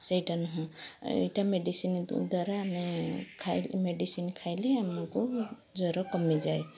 ସେଇଟା ନୁହଁ ଏଇଟା ମେଡ଼ିସିନ୍ ଦ୍ୱାରା ଆମେ ମେଡ଼ିସିନ୍ ଖାଇଲେ ଆମକୁ ଜ୍ୱର କମିଯାଏ